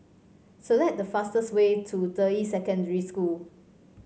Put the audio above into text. select the fastest way to Deyi Secondary School